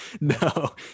No